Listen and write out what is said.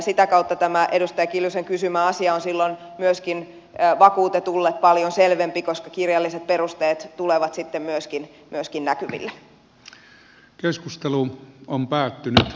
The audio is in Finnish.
sitä kautta tämä edustaja kiljusen kysymä asia on myöskin vakuutetulle paljon selvempi koska myöskin kirjalliset perusteet tulevat sitten näkyville